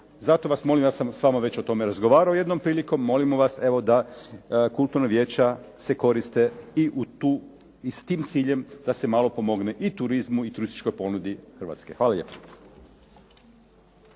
Zato vas molim, ja sam s vama već o tome razgovarao jednom prilikom. Molimo vas da evo kulturna vijeća se koriste i u tu i s tim ciljem da se malo pomogne i turizmu i turističkoj ponudi Hrvatske. Hvala lijepo.